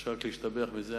אפשר רק להשתבח בזה.